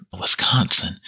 Wisconsin